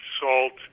salt